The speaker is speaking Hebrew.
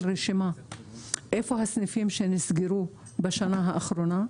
רשימה שמראה היכן הסניפים שנסגרו בשנה האחרונה.